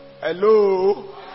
Hello